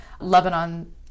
Lebanon